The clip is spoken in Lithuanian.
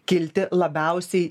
kilti labiausiai